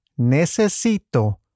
necesito